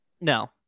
No